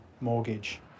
mortgage